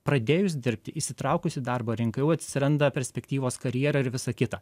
pradėjus dirbti įsitraukus į darbo rinką jau atsiranda perspektyvos karjerai ir visa kita